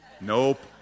Nope